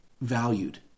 valued